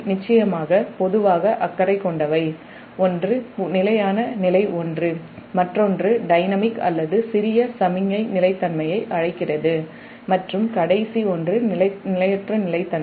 நிச்சயமாக பொதுவாக அக்கறை கொண்டவைஒன்று நிலையான மற்றொன்று டைனமிக் அல்லது சிறிய சமிக்ஞை நிலைத் தன்மையை அழைக்கிறது மற்றும் கடைசி ஒன்று நிலையற்ற நிலைத்தன்மை